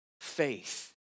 faith